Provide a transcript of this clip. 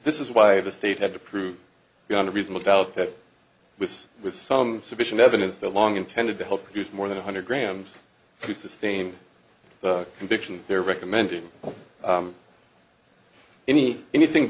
this is why the state had to prove beyond a reasonable doubt that with with some sufficient evidence that long intended to help produce more than one hundred grams to sustain a conviction they're recommending any anything